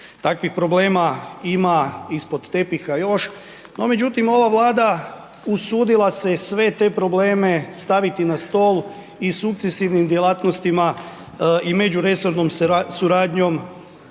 Takvih problema ima ispod tepiha još, no međutim, ova Vlada usudila se sve te probleme staviti na stol i sukcesivnim djelatnostima i međuresornom suradnjom